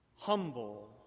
Humble